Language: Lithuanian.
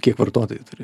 kiek vartotojų turi